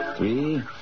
Three